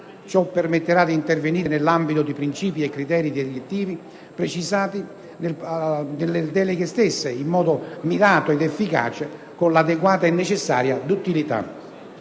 Ciò permetterà di intervenire, nell'ambito di principi e criteri direttivi fìssati dal Parlamento nelle deleghe stesse, in modo mirato ed efficace, con l'adeguata e necessaria duttilità.